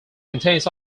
contains